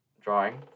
drawing